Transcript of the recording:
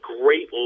great